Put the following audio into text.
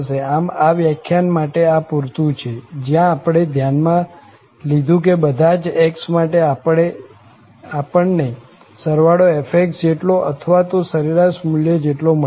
આમ આ વ્યાખ્યાન માટે આ પુરતું છે જ્યાં આપણે ધ્યાન માં લીધું કે બધા જ x માટે આપણે ને સરવાળો f જેટલો અથવા તો સરેરાશ મુલ્ય જેટલો મળે છે